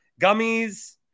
Gummies